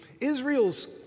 Israel's